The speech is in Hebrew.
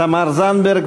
תמר זנדברג,